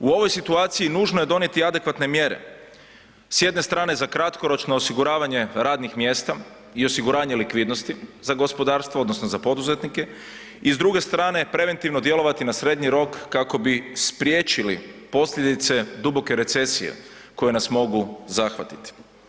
U ovoj situaciji nužno je donijeti adekvatne mjere s jedne strane za kratkoročno osiguravanje radnih mjesta i osiguranje likvidnosti za gospodarstvo odnosno za poduzetnike i s druge strane preventivno djelovati na srednji rok kako bi spriječili posljedice duboke recesije koje nas mogu zahvatiti.